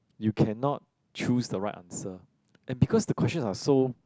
you cannot choose the right answer and because the questions are so